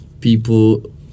people